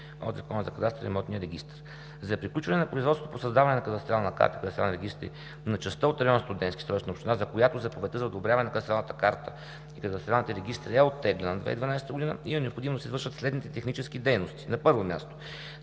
от Закона за кадастъра и имотния регистър. За приключване на производството по създаване на кадастрална карта и кадастрални регистри на частта от район „Студентски“, тоест на община, за която заповедта за одобряване на кадастралната карта и кадастралните регистри е оттеглена 2012 г., е необходимо да се извършат следните технически дейности: 1. Да се